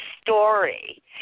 story